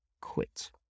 quit